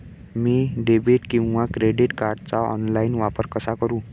मी debit किंवा credit कार्डचा online वापर कसा करु?